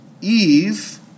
Eve